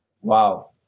Wow